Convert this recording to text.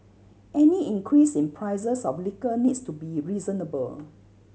any increase in prices of liquor needs to be reasonable